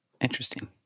Interesting